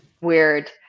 weird